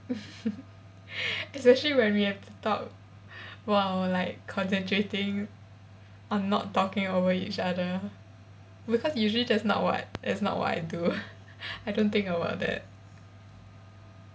especially when we have to talk !wow! like concentrating on not talking over each other because usually that's not what that's not what I do I don't think about that